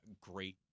great